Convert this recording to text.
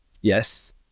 Yes